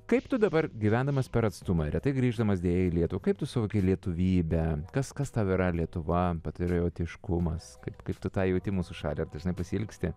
kaip tu dabar gyvendamas per atstumą retai grįždamas deja į lietuvą kaip tu suvoki lietuvybę kas kas tau yra lietuva patriotiškumas kaip kaip tu tą jauti mūsų šalį ar dažnai pasiilgsti